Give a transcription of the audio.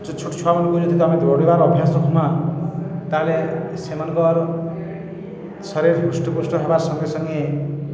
ଛୋଟ ଛୁଆମାନଙ୍କୁ ଯଦି ଆମେ ଦୌଡ଼ିବାର ଅଭ୍ୟାସ ରଖମା ତାହେଲେ ସେମାନଙ୍କ ଆରୁ ଶରୀର ହୃଷ୍ଟପୃଷ୍ଟ ହେବ ସଙ୍ଗେ ସଙ୍ଗେ